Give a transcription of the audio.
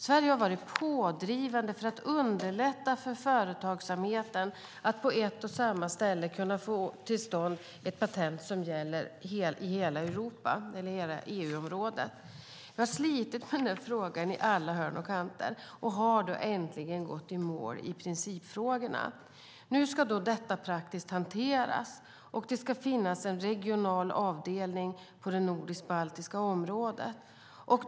Sverige har varit pådrivande för att underlätta för företagsamheten att på ett och samma ställe kunna få till stånd ett patent som gäller i hela EU-området. Vi har slitit med frågan i alla hörn och kanter och har äntligen gått i mål i principfrågorna. Nu ska detta praktiskt hanteras, och det ska finnas en regional avdelning på det nordisk-baltiska området.